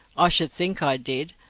i should think i did.